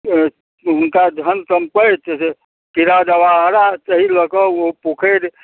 हुनका धन सम्पतिसे हीरा जवाहरात ताहि लऽ कऽ ओ पोखरि